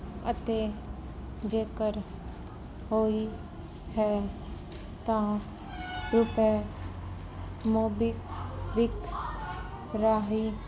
ਅਤੇ ਜੇਕਰ ਹੋਈ ਹੈ ਤਾਂ ਰੁਪਏ ਮੋਬੀਕਵਿਕ ਰਾਹੀਂ